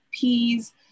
peas